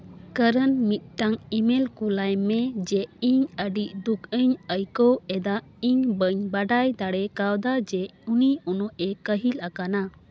ᱠᱚᱨᱚᱱ ᱢᱤᱫᱴᱟᱝ ᱤᱼᱢᱮᱞ ᱠᱩᱞᱟᱭ ᱢᱮ ᱡᱮ ᱤᱧ ᱟᱹᱰᱤ ᱫᱩᱠᱤᱧ ᱟᱹᱭᱠᱟᱹᱣ ᱮᱫᱟ ᱤᱧ ᱵᱟᱹᱧ ᱵᱟᱰᱟᱭ ᱫᱟᱲᱮ ᱠᱟᱣᱫᱟ ᱡᱮ ᱩᱱᱤ ᱩᱱᱟᱹᱜᱼᱮ ᱠᱟᱹᱦᱤᱞ ᱟᱠᱟᱱᱟ